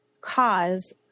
cause